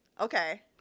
Okay